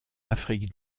afrique